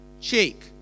cheek